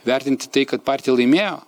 vertinti tai kad partija laimėjo